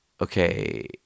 okay